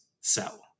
sell